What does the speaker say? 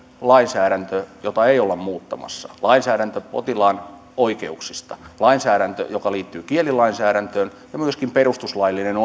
lainsäädännön jota ei olla muuttamassa lainsäädännön potilaan oikeuksista lainsäädännön joka liittyy kielilainsäädäntöön ja myöskin perustuslaillisen